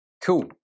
Cool